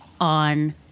on